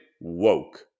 woke